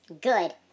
good